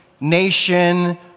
nation